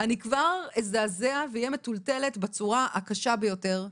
אני כבר אזדעזע ואהיה מטולטלת בצורה הקשה ביותר.